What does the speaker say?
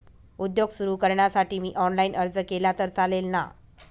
उद्योग सुरु करण्यासाठी मी ऑनलाईन अर्ज केला तर चालेल ना?